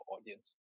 audience